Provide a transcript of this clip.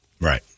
Right